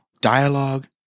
Dialogue